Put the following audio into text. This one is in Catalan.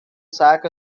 sac